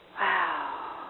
Wow